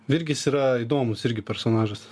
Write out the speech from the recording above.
virgis yra įdomus irgi personažas